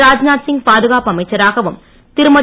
ராஜ்நாத்சிங் பாதுகாப்பு அமைச்சராகவும் திருமதி